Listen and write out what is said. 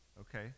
Okay